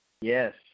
Yes